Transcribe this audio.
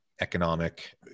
economic